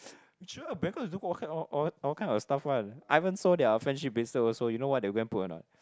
sure Bangkok is doing all kind all all all kind of stuff [one] Ivan sold their friendship bracelet also you know what they go and put or not